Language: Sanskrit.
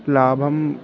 लाभः